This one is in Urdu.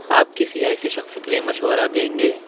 آپ کسی ایسے شخص کے لیے مشورہ دیں گے